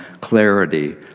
clarity